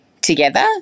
together